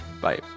Bye